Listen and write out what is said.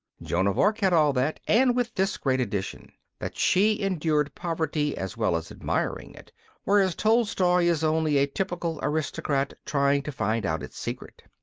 joan of arc had all that and with this great addition, that she endured poverty as well as admiring it whereas tolstoy is only a typical aristocrat trying to find out its secret.